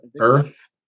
Earth